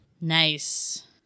Nice